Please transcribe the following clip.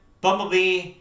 Bumblebee